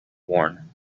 worn